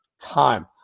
time